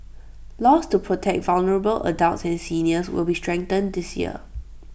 laws to protect vulnerable adults and seniors will be strengthened this year